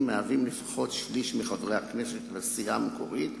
מהווים לפחות שליש מחברי הכנסת של הסיעה המקורית,